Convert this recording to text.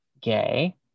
gay